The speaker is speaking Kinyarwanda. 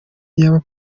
yaba